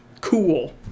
cool